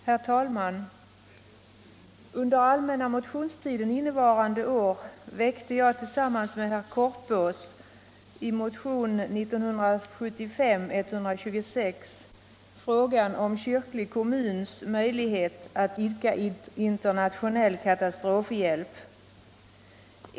Herr talman! Under allmänna motionstiden innevarande år väckte jag tillsammans med herr Korpås i motionen 126 frågan om kyrklig kommuns möjlighet att idka internationell katastrofhjälp.